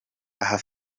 aha